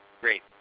Great